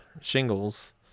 shingles